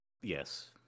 Yes